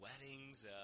weddings